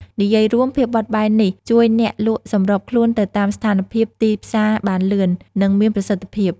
និយាយរួម ភាពបត់បែននេះជួយអ្នកលក់សម្របខ្លួនទៅតាមស្ថានភាពទីផ្សារបានលឿន និងមានប្រសិទ្ធភាព។